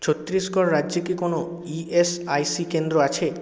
ছত্তিশগড় রাজ্যে কি কোনো ই এস আই সি কেন্দ্র আছে